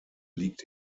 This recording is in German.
liegt